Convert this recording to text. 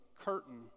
curtain